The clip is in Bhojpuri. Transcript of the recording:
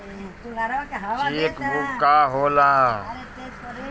चेक बुक का होला?